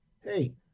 Hey